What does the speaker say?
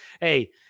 Hey